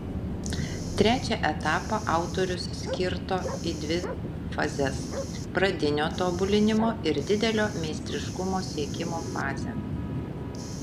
trečią etapą autorius skirto į dvi fazes pradinio tobulinimo ir didelio meistriškumo siekimo fazę